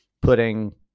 putting